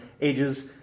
ages